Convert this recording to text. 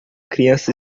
criança